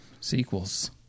sequels